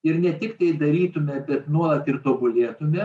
ir ne tik tai darytume bet nuolat ir tobulėtume